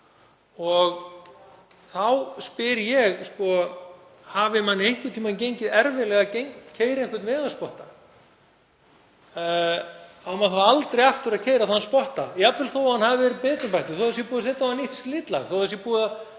Þá spyr ég: Hafi manni einhvern tímann gengið erfiðlega að keyra einhvern vegarspotta á maður þá aldrei aftur að keyra þann spotta, jafnvel þó að hann hafi verið betrumbættur, þó að búið sé að setja á hann nýtt slitlag, þó að búið sé